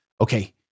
okay